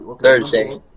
Thursday